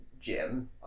gym